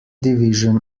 division